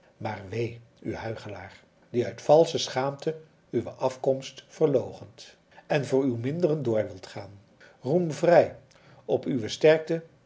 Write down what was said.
maar wee u huichelaar die uit valsche schaamte uwe afkomst verloochent en voor uw minderen door wilt gaan roem vrij op uwe sterkte